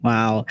Wow